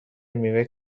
میوه